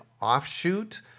offshoot